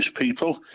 people